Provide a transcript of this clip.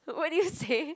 what did you say